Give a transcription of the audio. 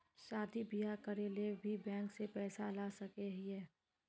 शादी बियाह करे ले भी बैंक से पैसा ला सके हिये?